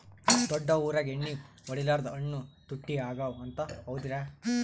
ದೊಡ್ಡ ಊರಾಗ ಎಣ್ಣಿ ಹೊಡಿಲಾರ್ದ ಹಣ್ಣು ತುಟ್ಟಿ ಅಗವ ಅಂತ, ಹೌದ್ರ್ಯಾ?